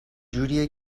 جوریه